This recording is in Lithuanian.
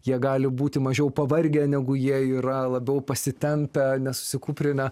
jie gali būti mažiau pavargę negu jie yra labiau pasitempę nesusikūprinę